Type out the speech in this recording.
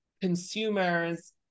consumers